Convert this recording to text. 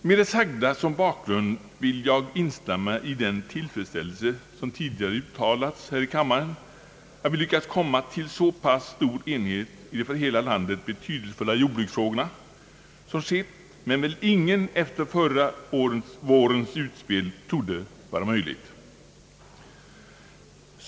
Med det sagda som bakgrund vill jag instämma med de talare som tidigare uttryckt tillfredsställelse över alt vi lyckats åstadkomma så pass stor enighet som skett i de för hela landet betydelsefulla jordbruksfrågorna — vilket väl ingen efter förra vårens utspel trodde vara möjligt.